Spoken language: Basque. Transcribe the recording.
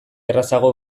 errazago